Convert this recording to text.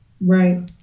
Right